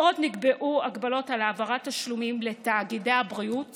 עוד נקבעו הגבלות על העברת תשלומים לתאגידי הבריאות